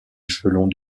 échelons